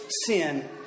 sin